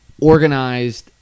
organized